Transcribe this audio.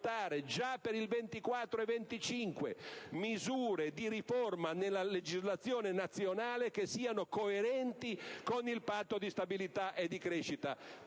già per il 24 e 25 marzo, misure di riforma nella legislazione nazionale che siano coerenti con il Patto di stabilità e di crescita,